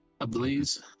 ablaze